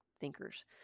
thinkers